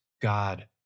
God